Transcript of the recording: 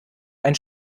ein